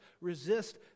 resist